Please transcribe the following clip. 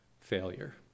failure